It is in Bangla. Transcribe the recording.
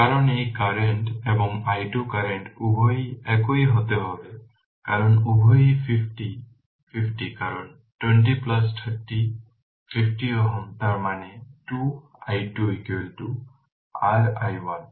কারণ এই কারেন্ট এবং i2 কারেন্ট উভয়ই একই হতে হবে কারণ উভয়ই 50 50 কারণ 2030 50 Ω তার মানে 2 i2 r i1